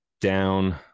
down